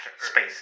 space